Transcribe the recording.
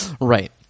Right